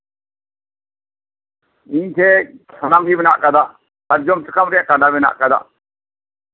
ᱤᱧ ᱴᱷᱮᱡ ᱥᱟᱱᱟᱢ ᱜᱮ ᱢᱮᱱᱟᱜ ᱟᱠᱟᱫᱟ ᱥᱟᱨᱡᱚᱢ ᱥᱟᱠᱟᱢ ᱨᱮᱭᱟᱜ ᱠᱟᱸᱰᱟ ᱢᱮᱱᱟᱜ ᱟᱠᱟᱫᱟ